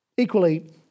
Equally